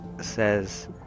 says